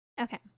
Okay